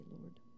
Lord